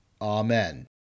Amen